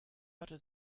hatte